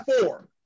four